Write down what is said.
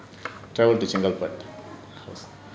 travel to chengalpet